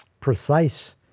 precise